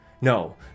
No